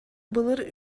былыр